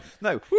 No